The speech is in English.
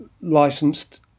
licensed